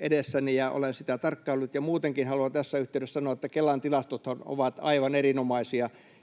edessäni, olen tarkkaillut — ja muutenkin haluan tässä yhteydessä sanoa, että Kelan tilastothan ovat aivan erinomaisia,